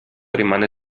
rimane